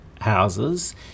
houses